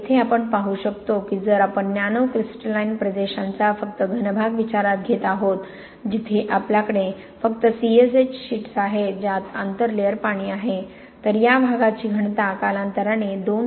येथे आपण पाहू शकतो की जर आपण नॅनो क्रिस्टलाइन प्रदेशांचा फक्त घन भाग विचारात घेत आहोत जिथे आपल्याकडे फक्त सीएसएच शीट्स आहेत ज्यात आंतरलेयर पाणी आहे तर या प्रदेशांची घनता कालांतराने 2